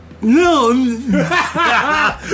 No